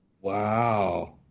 Wow